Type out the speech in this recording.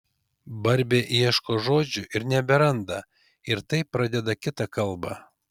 barbė ieško žodžių ir neberanda ir taip pradeda kitą kalbą